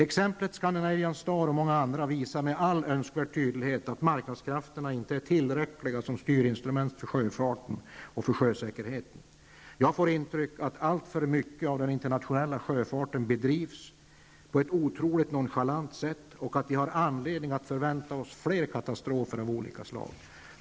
Exemplet Scandinavian Star, och många andra exempel, visar med all önskvärd tydlighet att marknadskrafterna inte är tillräckliga som styrinstrument för sjöfarten och sjösäkerheten. Jag får intrycket att alltför mycket av den internationella sjöfarten bedrivs på ett otroligt nonchalant sätt och att vi har anledning att förvänta oss fler katastrofer av olika slag.